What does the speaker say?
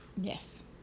Yes